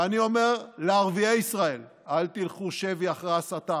ואני אומר לערביי ישראל: אל תלכו שבי אחרי ההסתה,